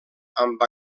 amb